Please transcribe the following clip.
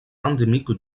endémique